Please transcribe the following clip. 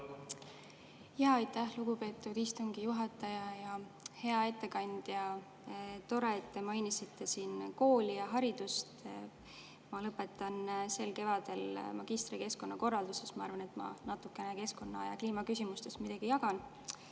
palun! Aitäh, lugupeetud istungi juhataja! Hea ettekandja! Tore, et te mainisite siin kooli ja haridust. Ma lõpetan sel kevadel magistri[õppe] keskkonnakorralduses. Ma arvan, et ma keskkonna ja kliima küsimustes natukene midagi jagan.